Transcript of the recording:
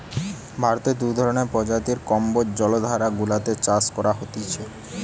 ভারতে দু ধরণের প্রজাতির কম্বোজ জলাধার গুলাতে চাষ করা হতিছে